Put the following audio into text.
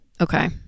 Okay